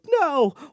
no